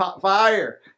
fire